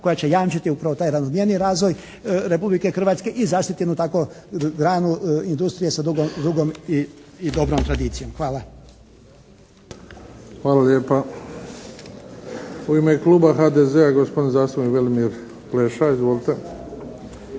koja će jamčiti upravo taj razvijeniji razvoj Republike Hrvatske i zaštiti jednu takvu granu industrije sa dugom i dobrom tradicijom. Hvala. **Bebić, Luka (HDZ)** Hvala lijepa. U ime kluba HDZ-a, gospodin zastupnik Velimir Pleša. Izvolite.